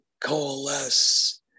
coalesce